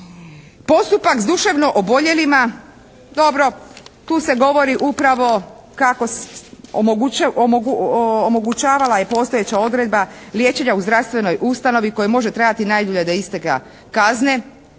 Postupak s duševno oboljelima. Dobro, tu se govori upravo kako, omogućavala je postojeća odredba liječenja u zdravstvenoj ustanovi koja može trajati najdulje do isteka kazne